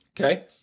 Okay